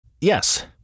Yes